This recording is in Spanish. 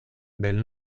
del